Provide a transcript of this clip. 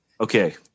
Okay